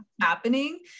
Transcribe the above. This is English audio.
happening